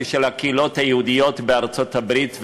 של הקהילות היהודיות בארצות-הברית,